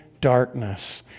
darkness